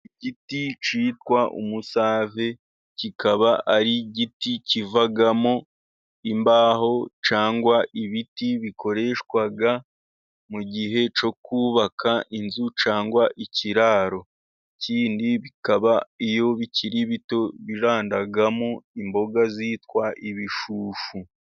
Igiti kitwa umusave, kikaba ari igiti kivamo imbaho, cyangwa ibiti bikoreshwa mu gihe cyo kubaka inzu, cyangwa ikiraro, ikindi bikaba iyo bikiri bito, birandamo imboga zitwa ibishushu.